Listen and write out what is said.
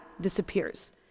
disappears